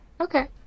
Okay